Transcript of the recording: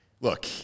Look